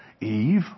Eve